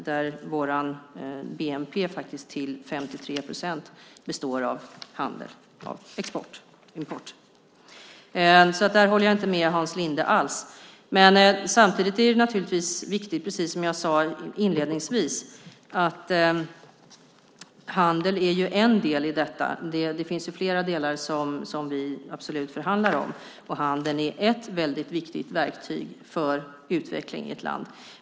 Vår bnp består faktiskt till 53 procent av handel - export och import. Där håller jag alltså inte med Hans Linde alls. Men samtidigt är det naturligtvis viktigt, precis som jag sade inledningsvis, att handel är en del i detta. Det finns fler delar som vi absolut förhandlar om, och handeln är ett väldigt viktigt verktyg för utveckling i ett land.